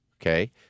okay